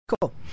Cool